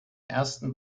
ersten